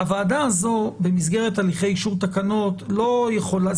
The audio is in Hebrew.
הוועדה הזו במסגרת הליכי אישור תקנות לא יכולה,